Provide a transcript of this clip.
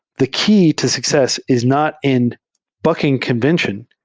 the key to success is not in bucking convention.